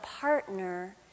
partner